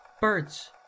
Birds